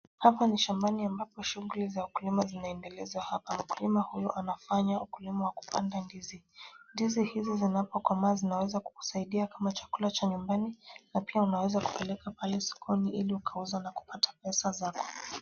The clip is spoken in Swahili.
Hapana ni shambani ambapo shughuli ya ukulima zinaendelezwa hapa. Mkulima huyu anafanya ukulima ya kupanda ndizi. Ndizi hizi zinapo komaa zinaweza kukusaidia kama chakula cha nyumbani na pia unaeza kupeleka pale sokoni na kuuza ili kupata pesa zaidi.